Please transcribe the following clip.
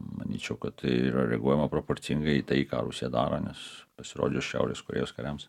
manyčiau kad tai yra reaguojama proporcingai į tai ką rusija daro nes pasirodžius šiaurės korėjos kariams